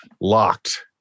locked